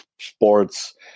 sports